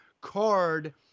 card